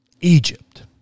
Egypt